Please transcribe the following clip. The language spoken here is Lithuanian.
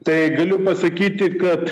tai galiu pasakyti kad